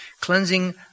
cleansing